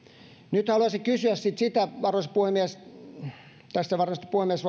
nyt haluaisin kysyä sitten sitä arvoisa puhemies tämän varmasti puhemies